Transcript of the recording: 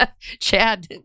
Chad